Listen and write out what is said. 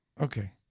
Okay